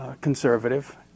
Conservative